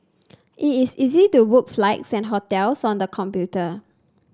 it is easy to book flights and hotels on the computer